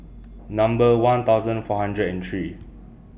nuber one thousand four hundred and three